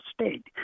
state